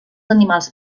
animals